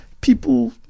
people